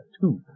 two